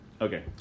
Okay